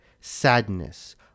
sadness